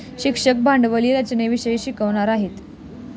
शिक्षक भांडवली रचनेविषयी शिकवणार आहेत